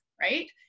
right